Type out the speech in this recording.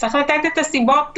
צריך לתת את הסיבות לכך.